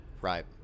Right